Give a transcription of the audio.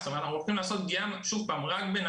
כלומר אנחנו הולכים לעשות פגיעה רק בנשים